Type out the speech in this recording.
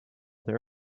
there